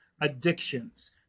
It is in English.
addictions